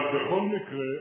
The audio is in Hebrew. אבל בכל מקרה,